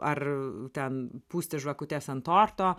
ar ten pūsti žvakutes ant torto